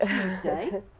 Tuesday